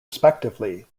respectively